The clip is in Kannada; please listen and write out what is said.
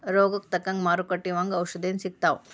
ರೋಗಕ್ಕ ತಕ್ಕಂಗ ಮಾರುಕಟ್ಟಿ ಒಂಗ ಔಷದೇನು ಸಿಗ್ತಾವ